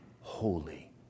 holy